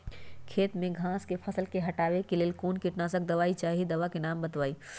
खेत में घास के फसल से हटावे के लेल कौन किटनाशक दवाई चाहि दवा का नाम बताआई?